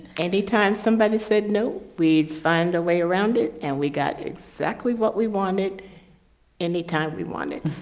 anytime somebody said, no, we'd find a way around it and we got exactly what we wanted anytime we wanted,